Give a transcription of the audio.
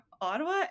Ottawa